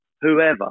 whoever